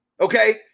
Okay